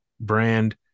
brand